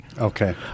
Okay